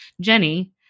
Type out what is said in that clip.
Jenny